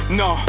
no